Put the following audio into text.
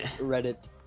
Reddit